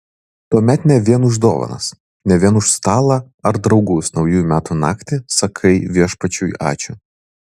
tuomet ne vien už dovanas ne vien už stalą ar draugus naujųjų metų naktį sakai viešpačiui ačiū